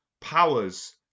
powers